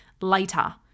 later